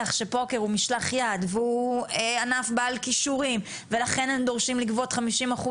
שפוקר הוא משלח יד והוא ענף בעל כישורים ולכן הם דורשים לגבות 50%